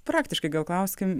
praktiškai gal klauskim